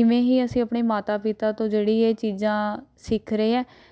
ਇਵੇਂ ਹੀ ਅਸੀਂ ਆਪਣੇ ਮਾਤਾ ਪਿਤਾ ਤੋਂ ਜਿਹੜੀ ਇਹ ਚੀਜ਼ਾਂ ਸਿੱਖ ਰਹੇ ਹਾਂ